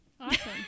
awesome